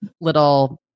little